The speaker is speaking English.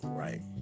right